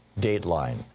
Dateline